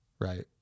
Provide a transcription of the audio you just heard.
right